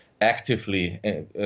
actively